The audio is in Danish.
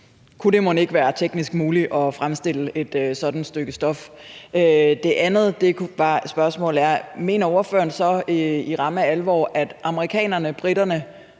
Kunne det mon ikke være teknisk muligt at fremstille et sådant stykke stof? Det andet spørgsmål er: Mener ordføreren så i ramme alvor, at amerikanerne, briterne,